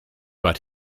but